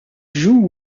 joue